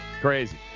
Crazy